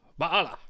Ba'ala